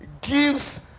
gives